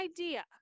idea